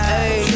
Hey